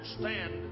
stand